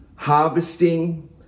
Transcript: harvesting